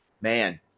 man